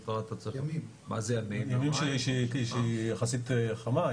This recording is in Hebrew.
ימים כשהיא יחסית חמה.